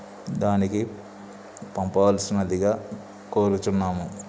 దానికి పంపవలసినదిగా కోరుచున్నాము